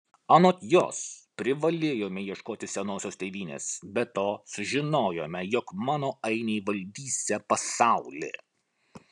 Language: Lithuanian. anot jos privalėjome ieškoti senosios tėvynės be to sužinojome jog mano ainiai valdysią pasaulį